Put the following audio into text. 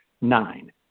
Nine